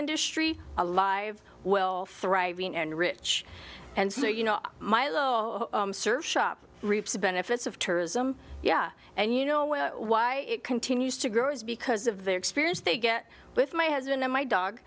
industry alive well thriving and rich and so you know milo served shop reaps the benefits of tourism yeah and you know why it continues to grow is because of their experience they get with my husband and my dog